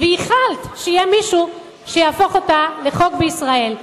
וייחלת שיהיה מישהו שיהפוך אותה לחוק בישראל.